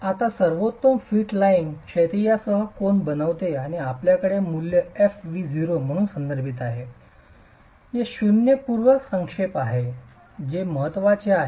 आता सर्वोत्तम fit line क्षैतिजसह कोन बनवते आणि आपल्याकडे हे मूल्य fv0 म्हणून संदर्भित आहे जे शून्य पूर्व संक्षेप येथे आहे जे महत्वाचे आहे